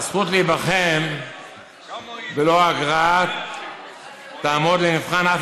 הזכות להיבחן בלא אגרה תעמוד לנבחן אף